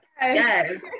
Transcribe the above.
yes